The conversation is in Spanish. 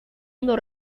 mundo